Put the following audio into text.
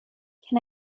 can